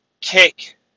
kick